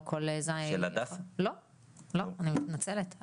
אני מתנצלת.